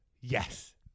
Yes